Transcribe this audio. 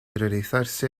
realizarse